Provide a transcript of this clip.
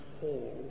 hall